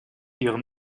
ihren